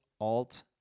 Alt